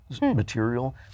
material